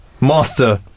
Master